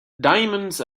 diamonds